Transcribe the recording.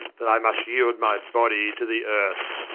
that i must yeeld my body to the earth,